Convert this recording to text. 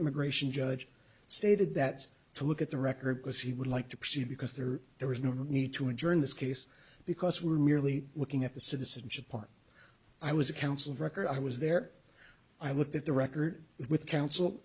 immigration judge stated that to look at the record because he would like to proceed because there there was no need to adjourn this case because we were merely looking at the citizenship part i was a counsel of record i was there i looked at the record with coun